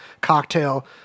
cocktail